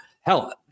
hell